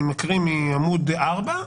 אני מקריא מעמוד 4,